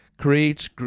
creates